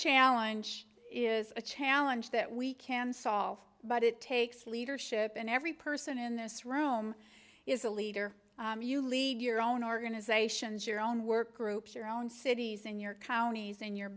challenge is a challenge that we can solve but it takes leadership and every person in this room is a leader you leave your own organizations your own work groups your own cities and your counties and your